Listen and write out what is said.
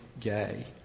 gay